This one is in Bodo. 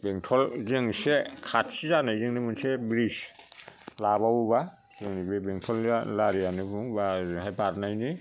बेंटल जोंसे खाथि जानायजोंनो मोनसे ब्रिडस लाबावोबा जोंनि बे बेंटल लारियानो बुं बा ओरैहाय बारनायनि